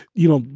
you know,